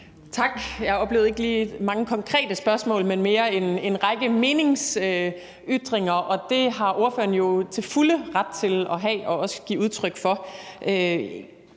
Tak. Jeg oplevede ikke lige så mange konkrete spørgsmål, men mere en række meningsytringer, og dem har ordføreren jo til fulde ret til at have og også give udtryk for.